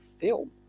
film